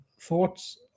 thoughts